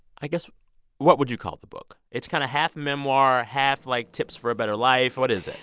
i guess what would you call the book? it's kind of half memoir, half, like, tips for a better life. what is it?